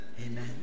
Amen